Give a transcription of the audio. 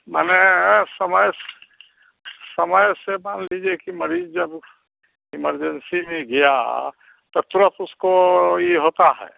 माने समय समय से मान लीजिए कि मरीज़ जब इमरजेंसी में गया तो तुरंत उसको यह होता है